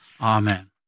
Amen